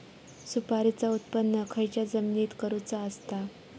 सुपारीचा उत्त्पन खयच्या जमिनीत करूचा असता?